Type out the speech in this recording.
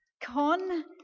Con